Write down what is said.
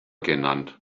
genannt